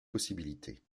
possibilités